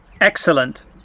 excellent